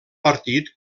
partit